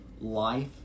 life